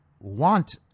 want